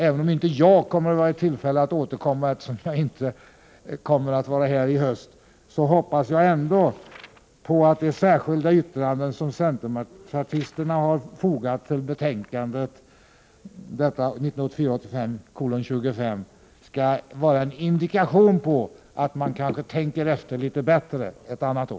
Även om jag inte kommer att ha tillfälle att återkomma, eftersom jag inte kommer att vara här i höst, hoppas jag ändå att det särskilda yttrande om höjning av sparavdraget som centerpartisterna har fogat till betänkande 25 skall vara en indikation på att man kanske tänker efter litet bättre ett annat år.